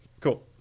Cool